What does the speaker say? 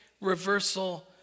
reversal